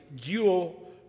dual